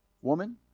woman